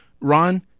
Ron